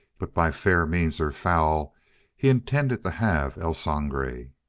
but by fair means or foul he intended to have el sangre.